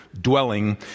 dwelling